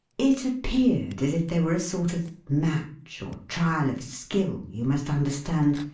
it appeared as if there were a sort of match, or trial of skill, you must understand,